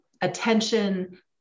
attention